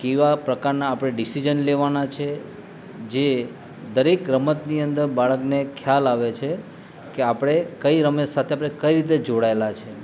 કેવા પ્રકારના આપણે ડીસીજન લેવાના છે જે દરેક રમતની અંદર બાળકને ખ્યાલ આવે છે કે આપણે કઈ રમત સાથે આપણે કઈ રીતે જોડાએલા છે